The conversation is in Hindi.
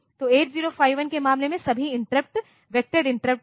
तो 8051 के मामले में सभी इंटरप्ट वेक्टोरेड इंटरप्ट है